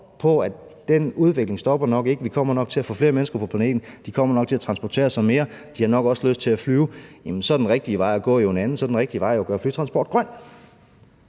på, at den udvikling nok ikke stopper, og at vi nok kommer til at få flere mennesker på planeten, og at de nok kommer til at transportere sig mere og nok også har lyst til at flyve, jamen så er den rigtige vej at gå jo en anden. Så er den rigtige vej at gøre flytransport grøn.